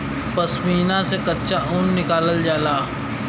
पश्मीना से कच्चा ऊन निकालल जाला